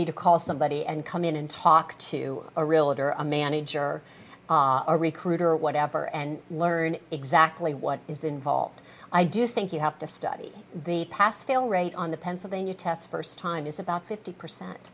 be to call somebody and come in and talk to a realtor a manager our recruiter or whatever and learn exactly what is the involved i do think you have to study the pass fail rate on the pennsylvania test first time is about fifty percent